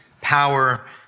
power